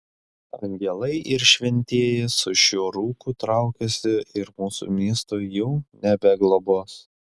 angelai ir šventieji su šiuo rūku traukiasi ir mūsų miesto jau nebeglobos